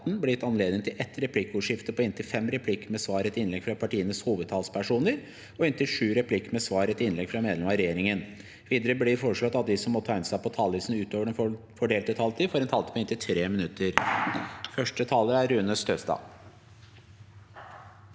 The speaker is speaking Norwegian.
gitt anledning til et replikkordskifte på inntil fem replikker med svar etter innlegg fra partienes hovedtalspersoner og inntil sju replikker med svar etter innlegg fra medlemmer av regjeringen. Videre blir det foreslått at de som måtte tegne seg på talerlisten utover den fordelte taletid, får en taletid på inntil 3 minutter. Rune Støstad